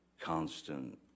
constant